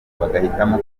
bagahitamo